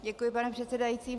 Děkuji, pane předsedající.